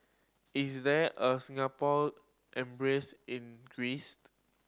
is there a Singapore Embassy in Greece